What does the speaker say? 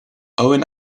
owen